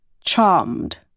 Charmed